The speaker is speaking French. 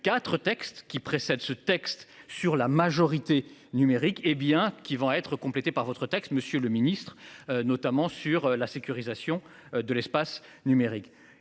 donc 4 textes qui précède ce texte sur la majorité numérique, hé bien qu'vont être complété par votre texte monsieur le Ministre, notamment sur la sécurisation de l'espace numérique